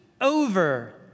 over